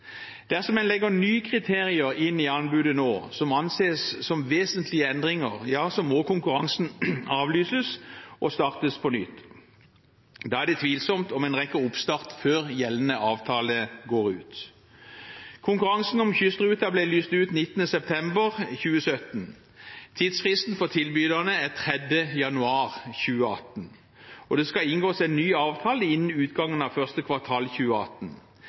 Dersom man legger nye kriterier inn i anbudet nå, som anses som vesentlige endringer, må konkurransen avlyses og startes på nytt. Da er det tvilsomt om man rekker oppstart før gjeldende avtale går ut. Konkurransen om kystruten ble lyst ut 19. september 2017. Tidsfristen for tilbyderne er 3. januar 2018, og det skal inngås en ny avtale innen utgangen av første kvartal 2018.